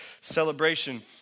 celebration